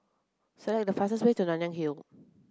select the fastest way to Nanyang Hill